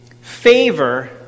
favor